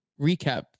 recap